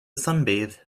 sunbathe